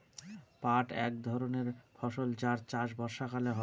পাট এক ধরনের ফসল যার চাষ বর্ষাকালে হয়